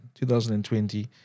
2020